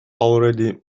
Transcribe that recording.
already